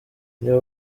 niba